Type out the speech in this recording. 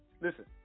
listen